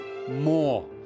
more